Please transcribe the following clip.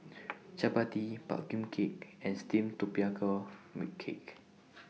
Chappati Pumpkin Cake and Steamed Tapioca Cake